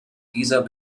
dieser